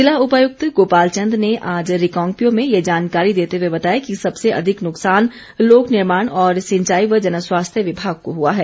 जिला उपायुक्त गोपाल चंद ने आज रिकांगपिओ में ये जानकारी देते हुए बताया कि सबसे अधिक नुकसान लोकनिर्माण और सिंचाई व जनस्वास्थ्य विभाग को हुआ है